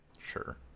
sure